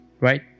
Right